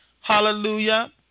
hallelujah